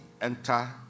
enter